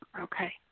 Okay